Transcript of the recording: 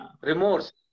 remorse